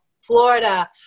Florida